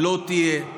לא תהיה.